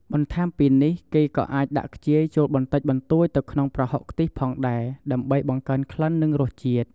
បន្ថែមពីនេះគេក៏អាចដាក់ខ្ជាយចូលបន្តិចបន្តួចទៅក្នុងប្រហុកខ្ទិះផងដែរ ដើម្បីបង្កើនក្លិន និងរសជាតិ។